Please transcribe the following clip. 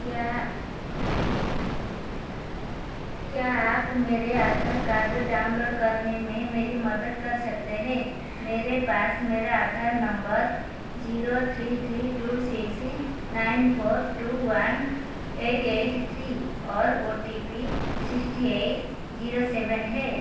क्या क्या आप मेरे आधार कार्ड डाउनलोड करने में मेरी मदद कर सकते हैं मेरे पास मेरा Aadhaar number zero three three two six nine four two one eight eight three और O T P sixty eight zero seven है